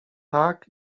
tak